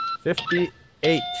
Fifty-eight